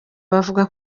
bavuga